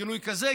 גילוי כזה,